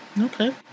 Okay